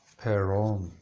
peron